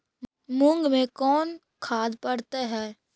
मुंग मे कोन खाद पड़तै है?